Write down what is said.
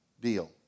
deal